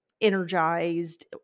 energized